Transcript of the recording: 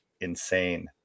insane